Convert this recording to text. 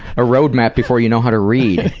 a road map before you know how to read.